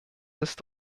ist